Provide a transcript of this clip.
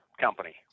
company